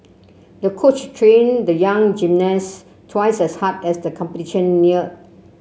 the coach trained the young gymnast twice as hard as the competition neared